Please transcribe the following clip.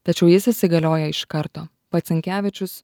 tačiau jis įsigalioja iš karto pats sinkevičius